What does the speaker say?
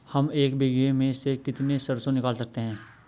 हम एक बीघे में से कितनी सरसों निकाल सकते हैं?